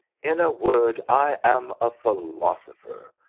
in a word, i am a philosopher,